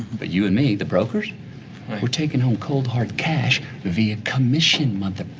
but you and me the brokers we're taking home cold hard cash via commission, mother